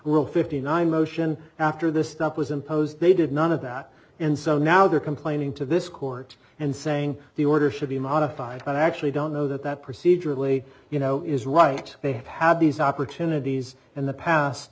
rule fifty nine motion after this step was imposed they did none of that and so now they're complaining to this court and saying the order should be modified and i actually don't know that that procedurally you know is right they have had these opportunities in the past